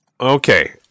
okay